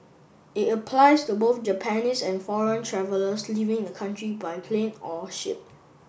it applies to both Japanese and foreign travellers leaving the country by plane or ship